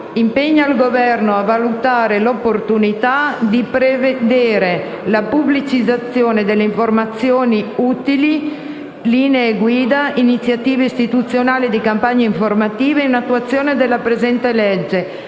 «impegna il Governo a valutare l'opportunità di prevedere la pubblicizzazione delle informazioni utili, linee guida, iniziative istituzionali e di campagne informative in attuazione della presente legge,